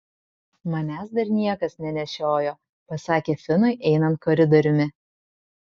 manęs dar niekas nenešiojo pasakė finui einant koridoriumi